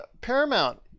Paramount